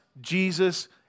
Jesus